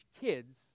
kids